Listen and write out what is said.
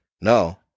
No